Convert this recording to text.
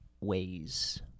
...ways